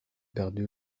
perdue